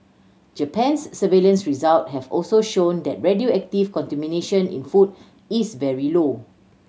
Japan's surveillance result have also shown that radioactive contamination in food is very low